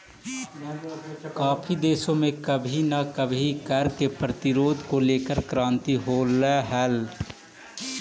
काफी देशों में कभी ना कभी कर के प्रतिरोध को लेकर क्रांति होलई हल